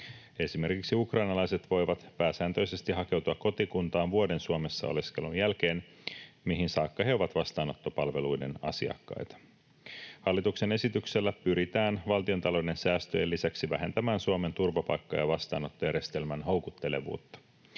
Esimerkiksi ukrainalaiset voivat pääsääntöisesti hakeutua kotikuntaan vuoden Suomessa oleskelun jälkeen, mihin saakka he ovat vastaanottopalveluiden asiakkaita. Hallituksen esityksellä pyritään valtiontalouden säästöjen lisäksi vähentämään Suomen turvapaikka- ja vastaanottojärjestelmän houkuttelevuutta.